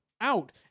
out